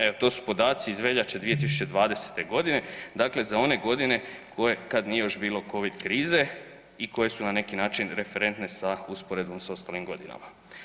Evo to su podaci iz veljače 2020. godine, dakle za one godine kad nije još bilo Covid krize i koje su na neki način referentne sa usporedbom sa ostalim godinama.